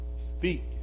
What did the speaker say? speak